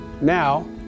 Now